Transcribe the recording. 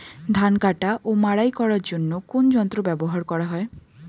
ধান কাটা ও মাড়াই করার জন্য কোন যন্ত্র ব্যবহার করা হয়?